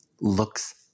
looks